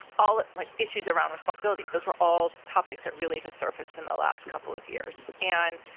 all, like, issues around responsibility. those were all topics that really just surfaced in the last couple of years. and,